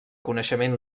coneixement